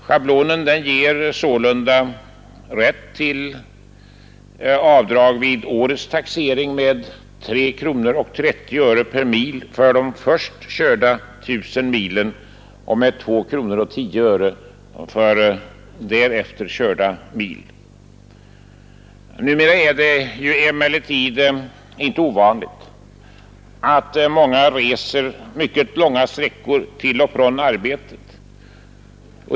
Schablonen ger sålunda rätt till avdrag vid årets taxering med 3:30 kronor per mil för de först körda 1 000 milen och med 2:10 kronor för därefter körda mil. Numera är det emellertid inte ovanligt att många reser mycket långa sträckor till och från arbetet.